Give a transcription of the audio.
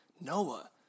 Noah